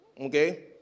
Okay